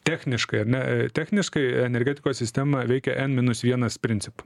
techniškai ar ne techniškai energetikos sistema veikia n minus vienas principu